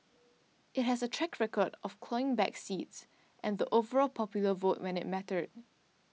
it has a track record of clawing back seats and the overall popular vote when it mattered